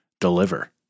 deliver